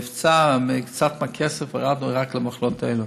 מבצע, קצת כסף, הורדנו רק למחלות האלה.